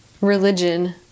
religion